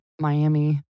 Miami